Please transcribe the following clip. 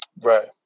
Right